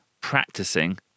practicing